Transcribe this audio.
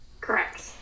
Correct